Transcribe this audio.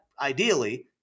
ideally